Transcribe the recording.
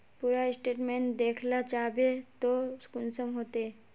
पूरा स्टेटमेंट देखला चाहबे तो कुंसम होते?